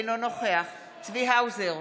אינו נוכח צבי האוזר,